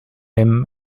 him